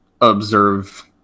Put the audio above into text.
observe